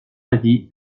avis